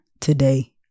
today